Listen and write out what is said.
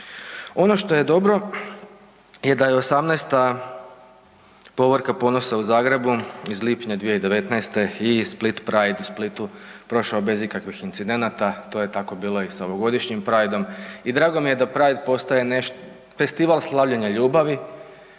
Ono što je dobro da je 18. Povorka ponosa u Zagrebu iz lipnja 2019. i Split pride u Splitu prošao bez ikakvih incidenata, to je tako bilo i sa ovogodišnjim prideom i drago mi je da pride postaje festival slavljenja ljubavi,